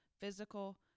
physical